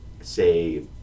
say